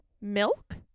milk